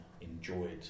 enjoyed